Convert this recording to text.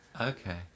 okay